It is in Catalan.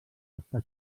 està